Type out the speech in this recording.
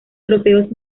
trofeos